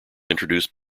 introduced